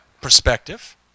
Perspective